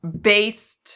based